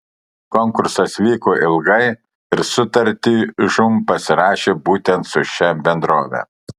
konkursas vyko ilgai ir sutartį žūm pasirašė būtent su šia bendrove